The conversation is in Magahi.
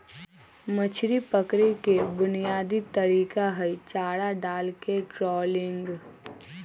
मछरी पकड़े के बुनयादी तरीका हई चारा डालके ट्रॉलिंग